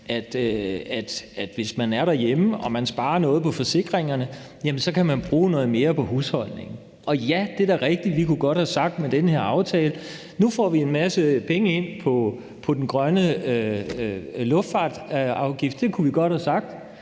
at hvis man er derhjemme og man sparer noget på forsikringerne, så kan man bruge noget mere på husholdningen. Ja, det er da rigtigt, at vi godt kunne have sagt med den her aftale, at nu får vi en masse penge ind på den grønne luftfartsafgift, det kunne vi godt have sagt